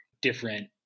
different